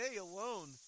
alone